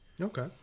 Okay